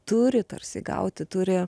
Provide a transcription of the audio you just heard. turi tarsi įgauti turi